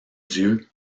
dieu